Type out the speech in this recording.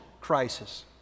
crisis